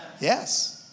Yes